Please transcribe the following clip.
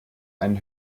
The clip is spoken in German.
einen